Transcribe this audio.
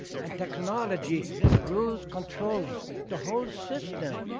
and technology rules, controls the whole system.